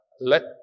let